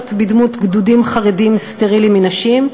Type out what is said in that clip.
בדמות גדודים חרדיים סטריליים מנשים,